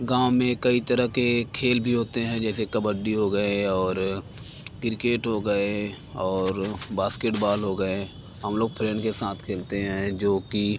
गाँव में कई तरह के खेल भी हाेते हैं जैसे कबड्डी हो गए और किरकेट हो गए और बास्केटबाल हो गए हम लोग फ्रेंड के साथ खेलते हैं जो कि